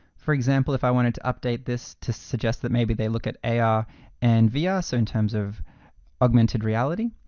for example, if i wanted to update this to suggest that maybe they look at ar ah and vr. ah so in terms of augmented reality.